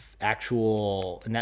actual